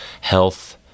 health